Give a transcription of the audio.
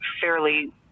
fairly